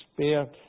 spared